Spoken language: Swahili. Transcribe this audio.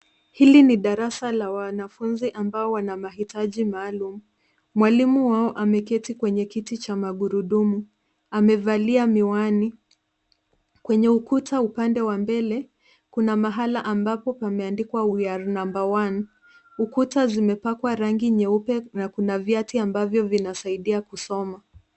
Hili ni darasa la wanafunzi ambao wana mahitaji maalum. Mwalimu wao ameketi kwenye kiti cha magurudumu, amevalia miwani. Kwenye ukuta upande wa mbele, kuna mahala ambapo pameandikwa We Are Number One . Ukuta zimepakwa rangi nyeupe na kuna kuna viati ambavyo vinasaidia kusoma.